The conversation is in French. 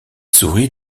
souris